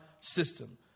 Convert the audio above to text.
system